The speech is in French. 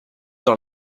dans